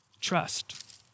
trust